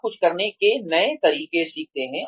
आप कुछ करने के नए तरीके सीखते हैं